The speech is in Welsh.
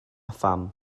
pham